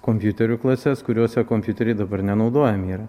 kompiuterių klases kuriose kompiuteriai dabar nenaudojami yra